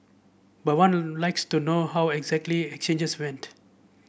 but one likes to know how exactly exchanges went